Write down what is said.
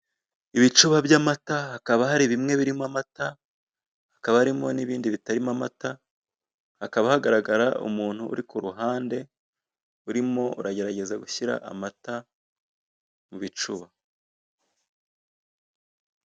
Ibicuba by'amata hakaba hari bimwe birimo amata hakaba harimo n'ibindi bitarimo amata, hakaba hagaragara umuntu uri ku ruhande urimo uragerageza gushyira amata mu bicuba.